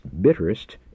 bitterest